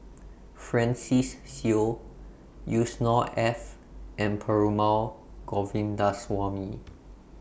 Francis Seow Yusnor Ef and Perumal Govindaswamy